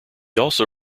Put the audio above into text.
also